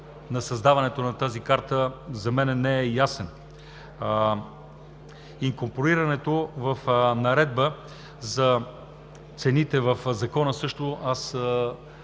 на създаването на тази карта за мен не е ясен. Инкорпорирането в наредба на цените в Закона, което аз